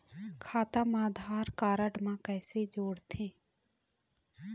खाता मा आधार कारड मा कैसे जोड़थे?